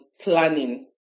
planning